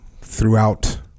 throughout